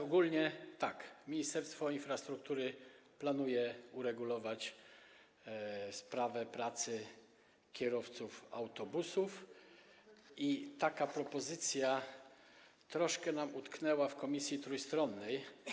ogólnie - tak, Ministerstwo Infrastruktury planuje uregulować sprawę pracy kierowców autobusów i taka propozycja troszkę nam utknęła w Komisji Trójstronnej.